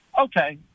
Okay